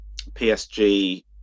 PSG